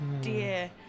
dear